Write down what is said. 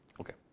Okay